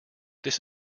this